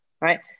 right